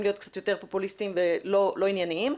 להיות קצת יותר פופוליסטיים ולא ענייניים,